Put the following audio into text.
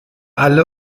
alle